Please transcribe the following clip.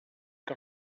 que